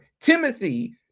Timothy